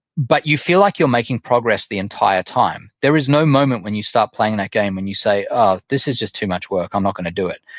but you feel like you're making progress the entire time. there is no moment when you start playing that game when you say, oh, this is just too much work. i'm not going to do it.